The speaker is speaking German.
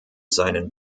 seinen